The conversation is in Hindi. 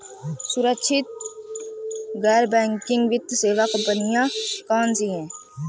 सुरक्षित गैर बैंकिंग वित्त सेवा कंपनियां कौनसी हैं?